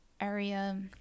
area